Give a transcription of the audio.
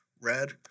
Red